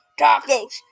tacos